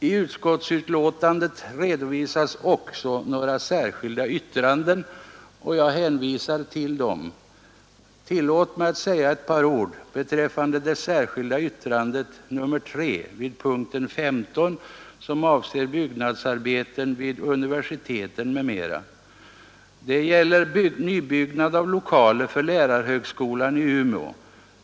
I utskottsbetänkandet redovisas även några särskilda yttranden, och jag hänvisar till dem. Tillåt mig att sä ga ett par ord beträffande det särskilda yttrandet nr 3 vid punkten 15 som avser byggnadsarbeten vid universiteten m.m. Det gäller nybyggnad av lokaler för lärarhögskolan i Umeå.